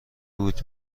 بود